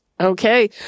Okay